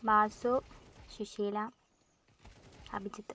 Vasu Sushila Abhijit